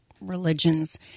religions